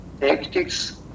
tactics